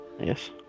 Yes